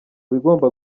bigomba